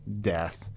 death